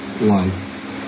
life